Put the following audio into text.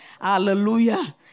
Hallelujah